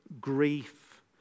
grief